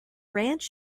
ranch